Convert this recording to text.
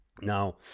Now